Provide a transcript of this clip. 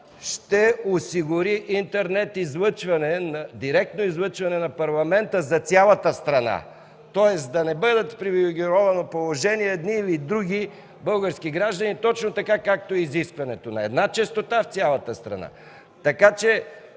ще осигури интернет излъчване, директно излъчване на Парламента за цялата страна. Тоест да не бъдат в привилегировано положение едни или други български граждани, а точно така, както е изискването – на една честота в цялата страна.